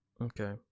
Okay